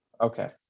Okay